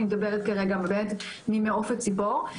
אני מדברת כרגע ממעוף הציפור.